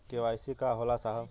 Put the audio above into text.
KYC का होला साहब?